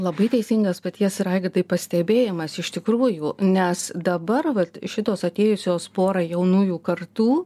labai teisingas paties raigardai pastebėjimas iš tikrųjų nes dabar vat šitos atėjusios porą jaunųjų kartų